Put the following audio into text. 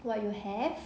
what you have